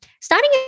starting